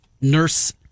Nurse